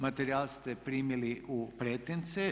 Materijal ste primili u pretince.